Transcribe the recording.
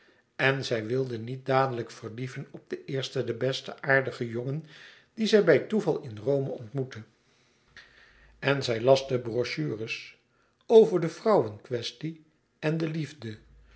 en wilde niet dadelijk verlieven op den eersten den besten aardigen jongen dien zij bij toeval in rome ontmoette wat deerde het haar of het hen scheidde haar nieuwe ideaal en zij las de brochures over de vrouwen kwestie en de liefde